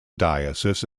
diocese